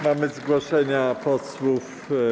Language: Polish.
Mamy zgłoszenia posłów.